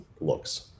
looks